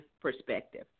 perspective